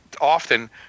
often